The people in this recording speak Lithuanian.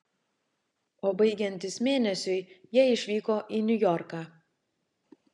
o baigiantis mėnesiui jie išvyko į niujorką